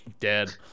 dead